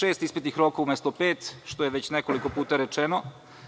šest ispitnih rokova umesto pet, što je već nekoliko puta rečeno. Imajući